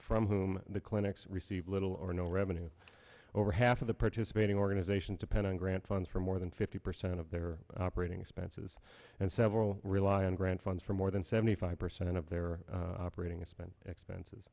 whom the clinics receive little or no revenue over half of the participating organizations depend on grant funds for more than fifty percent of their operating expenses and several rely on grant funds for more than seventy five percent of their operating expense expenses